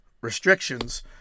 restrictions